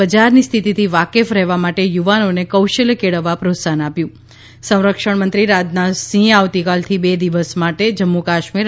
બજારની સ્થિતિથી વાકેફ રહેવા માટે યુવાનોને કૌશલ્ય કેળવવા પ્રોત્સાહન આપ્યું છે સંરક્ષણ મંત્રી રાજનાથ સિંહ આવતીકાલથી બે દિવસ માટે જમ્મુ કાશ્મીર